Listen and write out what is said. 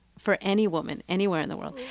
for any woman, anywhere in the world,